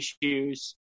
issues